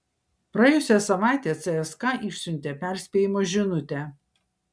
praėjusią savaitę cska išsiuntė perspėjimo žinutę